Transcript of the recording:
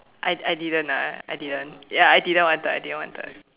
I I didn't ah I didn't ya I didn't wanted I didn't wanted